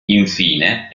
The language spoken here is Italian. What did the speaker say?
infine